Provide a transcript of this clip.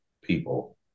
people